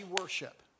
worship